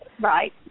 Right